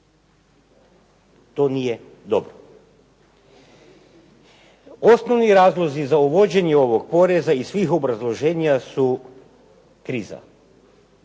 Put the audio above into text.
To nije dobro. Osnovni razlozi za uvođenje ovog poreza iz svih obrazloženja su kriza.